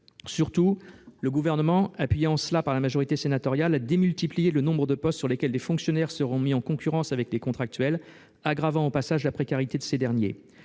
Surtout, le Gouvernement, appuyé en cela par la majorité sénatoriale, a démultiplié le nombre de postes sur lesquels les fonctionnaires seront mis en concurrence avec des contractuels, aggravant au passage la précarité de ces derniers.